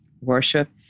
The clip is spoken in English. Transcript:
worship